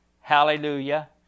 hallelujah